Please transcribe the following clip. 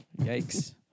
Yikes